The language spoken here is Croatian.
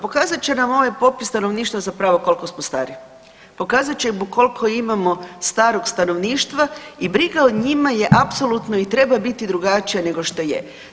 Pokazat će nam ovaj popis stanovništva zapravo koliko smo stari, pokazat će koliko imamo starog stanovništva i briga o njima je apsolutno i treba biti drugačija nego što je.